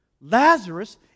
Lazarus